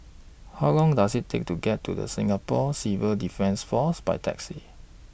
How Long Does IT Take to get to The Singapore Civil Defence Force By Taxi